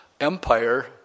empire